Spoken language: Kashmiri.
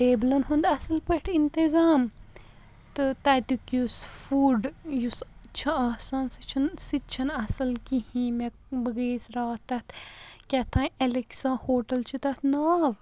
ٹیبلَن ہُنٛد اَصٕل پٲٹھۍ اِنتِظام تہٕ تَتِکِس فُڈ یُس چھُ آسان سُہ چھُنہٕ سُہ تہِ چھُنہٕ اَصٕل کِہیٖنی مےٚ بہٕ گٔیس راتھ تَتھ کینٛہہ تانۍ ایلیکسا ہوٹَل چھُ تَتھ ناو